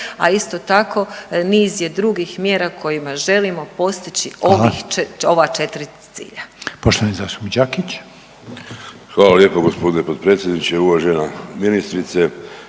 a isto tako niz je drugih mjera kojima želimo postići ovih …/Upadica: